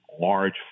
large